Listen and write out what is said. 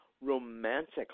romantic